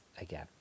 again